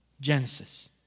Genesis